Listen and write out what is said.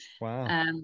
Wow